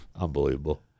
unbelievable